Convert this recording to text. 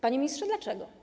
Panie ministrze: Dlaczego?